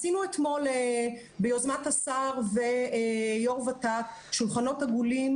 עשינו אתמול ביוזמת השר ויו"ר ות"ת שולחנות עגולים